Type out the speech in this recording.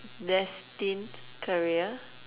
destined career